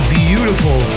beautiful